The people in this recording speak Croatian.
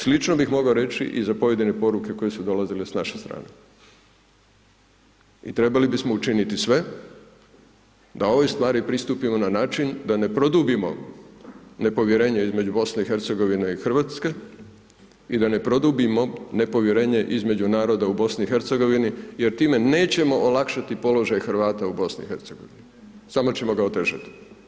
Slično bih mogao reći i za pojedine poruke koje su došle s naše strane i trebali bismo učiniti sve da ovoj stvari pristupimo na način da ne produbimo nepovjerenje između BIH i Hrvatske i da ne produbimo nepovjerenje između naroda u BIH, jer time nećemo olakšati položaj Hrvata u BIH, samo ćemo ga otežati.